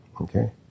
Okay